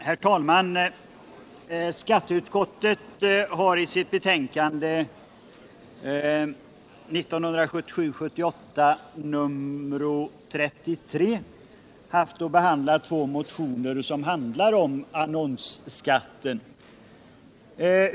Herr talman! Skatteutskottet har i sitt betänkande 1977/78:33 behandlat två motioner angående annonsskatten.